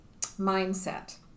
mindset